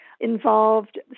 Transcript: involved